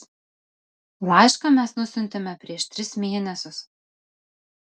laišką mes nusiuntėme prieš tris mėnesius